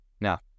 Now